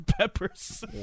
peppers